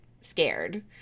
scared